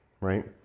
right